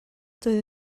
doedd